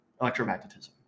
Electromagnetism